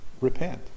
repent